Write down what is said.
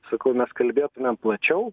sakau mes kalbėtumėm plačiau